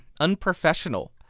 unprofessional